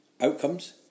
outcomes